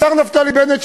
השר נפתלי בנט,